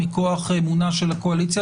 מכוח אמונה של הקואליציה,